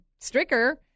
Stricker